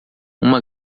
uma